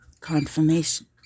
Confirmation